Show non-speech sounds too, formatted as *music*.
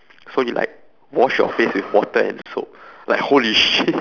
so you like wash your face with water and soap like holy shit *laughs*